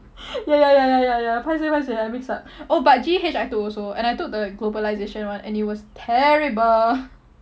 ya ya ya ya ya ya paiseh paiseh I mixed up oh but G_E_H I took also and I took the globalisation one and it was terrible